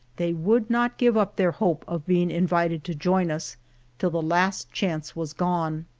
they would not give up their hope of being invited to join us till the last chance was gone.